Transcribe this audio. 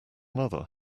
mother